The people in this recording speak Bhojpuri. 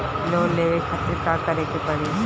लोन लेवे खातिर का करे के पड़ी?